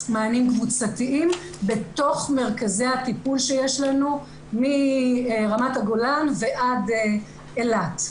מענים קבוצתיים בתוך מרכזי הטיפול שיש לנו מרמת הגולן ועד אילת.